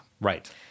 Right